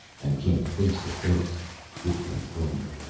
and came face to face with the informer.